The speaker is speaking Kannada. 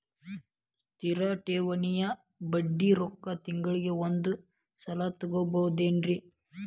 ಸ್ಥಿರ ಠೇವಣಿಯ ಬಡ್ಡಿ ರೊಕ್ಕ ತಿಂಗಳಿಗೆ ಒಂದು ಸಲ ತಗೊಬಹುದೆನ್ರಿ?